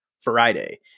FRIDAY